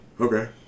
Okay